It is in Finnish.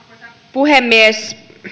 puhemies